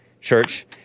church